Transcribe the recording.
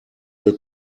will